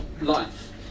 life